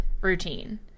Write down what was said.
routine